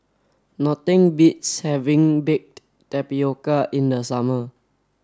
nothing beats having baked tapioca in the summer